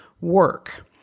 work